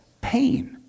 pain